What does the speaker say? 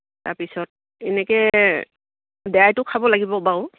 তাৰ পিছত এনেকৈ দৰবটোও খাব লাগিব বাৰু